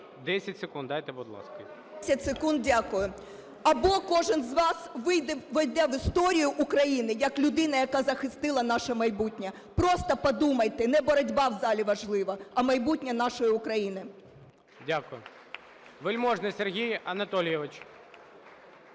10 секунд дайте, будь ласка. ТИМОШЕНКО Ю.В. 10 секунд. Дякую. Або кожен з вас ввійде в історію України як людина, яка захистила наше майбутнє. Просто подумайте. Не боротьба в залі важлива, а майбутнє нашої України. ГОЛОВУЮЧИЙ. Дякую. Вельможний Сергій Анатолійович.